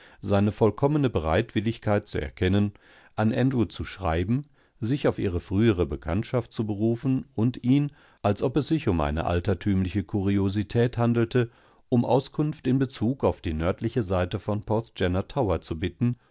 seine vollkommene bereitwilligkeit zu erkennen an andrew zu schreiben sich auf ihre frühere bekanntschaft zu berufen und ihn als ob es sich um eine altertümliche kuriosität handelte umauskunftinbezugaufdienördlicheseitevonporthgennatowerzubitten und dabei ganz natürlich die bitte auszusprechen ihn von den namen in kenntnis zu setzen